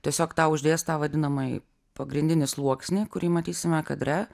tiesiog tau uždės tą vadinamąjį pagrindinį sluoksnį kurį matysime kadre